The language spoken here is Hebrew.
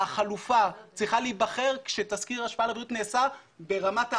החלופה צריכה להיבחר כשתסקיר השפעה על הבריאות נעשה ברמת העל,